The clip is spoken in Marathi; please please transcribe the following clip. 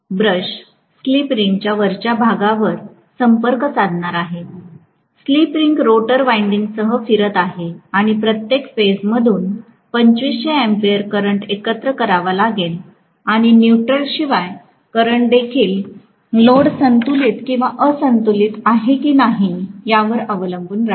ब्रश स्लिप रिंगच्या वरच्या भागावर संपर्क साधणार आहेत स्लिप रिंग रोटर विंडिंगसह फिरत आहे आणि प्रत्येक फेजमधून 2500 अँपिअर करंट एकत्र करावा लागेलं आणि न्यूट्रल शिवाय करंट देखील लोड संतुलित किंवा असंतुलित आहे की नाही यावर अवलंबून राहील